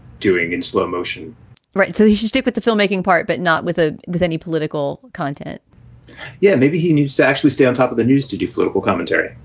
doing in slow motion right. so he should step with the filmmaking part, but not with ah a any political content yeah. maybe he needs to actually stay on top of the news to do political commentary.